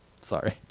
Sorry